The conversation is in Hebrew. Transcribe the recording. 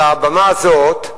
על הבמה הזאת,